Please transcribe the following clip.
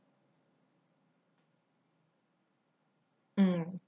mm